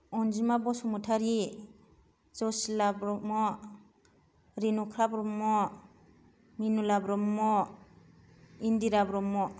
Anjima Basumatary Jasila Brahma Rinukha Brahma Minula Brahma Indira Brahma